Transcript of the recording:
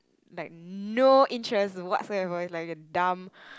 like no interest whatsoever is like a dumb